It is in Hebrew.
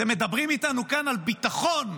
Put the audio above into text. אתם מדברים איתנו כאן על ביטחון,